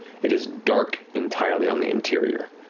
it is dark entirely on the interior.